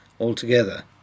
altogether